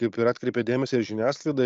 kaip ir atkreipėt dėmesį ir žiniasklaidoj